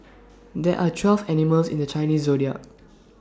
there are twelve animals in the Chinese Zodiac